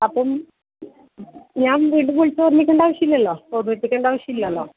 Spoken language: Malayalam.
അപ്പം ഞാൻ വീണ്ടും വിളിച്ച് പറഞ്ഞ് ആക്കേണ്ട ആവശ്യം ഇല്ലല്ലോ ഓർമിപ്പിക്കേണ്ട ആവശ്യം ഇല്ലല്ലോ